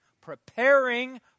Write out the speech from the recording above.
Preparing